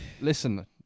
listen